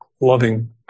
loving